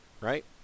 Right